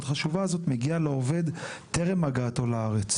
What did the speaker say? חשובה הזו מגיעה לעובד טרם הגעתו לארץ?